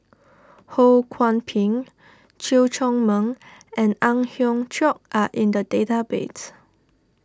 Ho Kwon Ping Chew Chor Meng and Ang Hiong Chiok are in the database